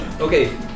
okay